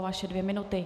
Vaše dvě minuty.